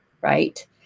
right